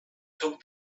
took